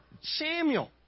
Samuel